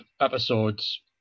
episodes